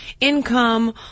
income